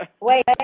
Wait